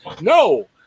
No